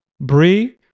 Brie